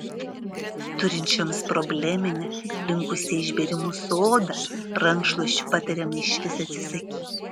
turinčioms probleminę linkusią į išbėrimus odą rankšluosčių patariama išvis atsisakyti